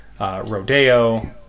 Rodeo